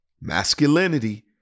masculinity